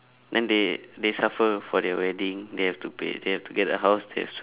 then they they suffer for their wedding they have to pay they have to get a house they